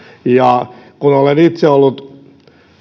kun olen itse ollut